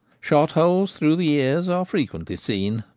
shot holes through the ears are frequently seen,